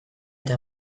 eta